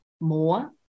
more